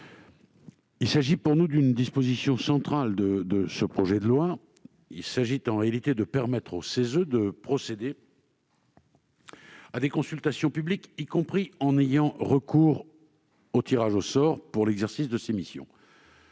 C'est pour nous une disposition centrale de ce projet de loi. Il s'agit en réalité de permettre au CESE de procéder à des consultations publiques, y compris en ayant recours au tirage au sort, pour l'exercice de ses missions.